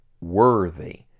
worthy